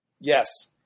Yes